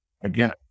again